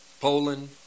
Poland